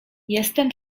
jestem